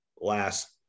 last